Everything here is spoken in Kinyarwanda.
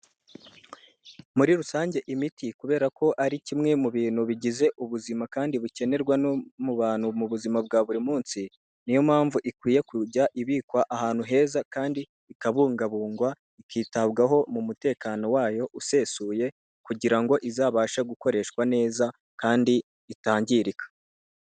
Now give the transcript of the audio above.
Muri rusange imiti kubera ko ari kimwe mu bintu bigize ubuzima kandi bukenerwa no mu bantu mu buzima bwa buri munsi, niyo mpamvu ikwiye kujya ibikwa ahantu heza kandi ikabungabungwa ikitabwaho mu mutekano wayo usesuye kugira ngo izabashe gukoreshwa neza kandi itangirika.